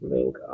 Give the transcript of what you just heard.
Link